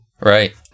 Right